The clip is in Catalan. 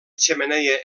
xemeneia